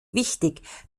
wichtig